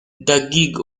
gig